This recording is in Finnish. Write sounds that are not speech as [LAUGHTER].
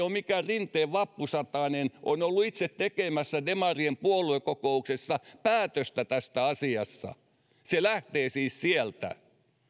[UNINTELLIGIBLE] ole mikään rinteen vappusatanen olen itse ollut tekemässä demarien puoluekokouksessa päätöstä tästä asiasta se lähtee siis sieltä